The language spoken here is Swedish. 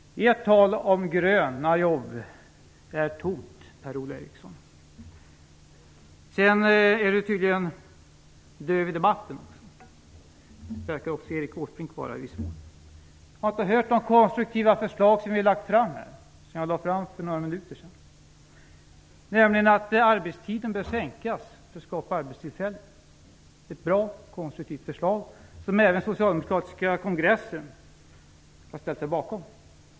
Ert tal om gröna jobb är tomt, Per-Ola Eriksson. Sedan är man tydligen döv i debatten, det verkar även Erik Åsbrink i viss mån vara. Jag har inte hört något om det konstruktiva förslag som jag lade fram här för några minuter sedan om att arbetstiden skall sänkas för att skapa arbetstillfällen. Det är ett bra och konstruktivt förslag som socialdemokratiska kongressen har ställt sig bakom.